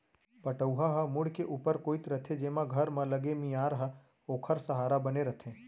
पटउहां ह मुंड़ के ऊपर कोइत रथे जेमा घर म लगे मियार ह ओखर सहारा बने रथे